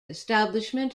establishment